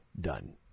done